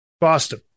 boston